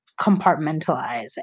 compartmentalize